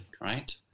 right